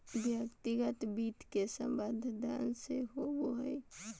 व्यक्तिगत वित्त के संबंध धन से होबो हइ